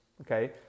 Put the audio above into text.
okay